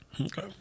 Okay